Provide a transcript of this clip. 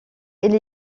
elle